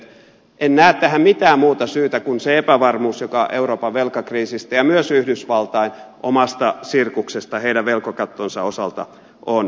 en näe tähän mitään muuta syytä kuin sen epävarmuuden joka euroopan velkakriisistä ja myös yhdysvaltain omasta sirkuksesta heidän velkakattonsa osalta on syntynyt